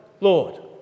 Lord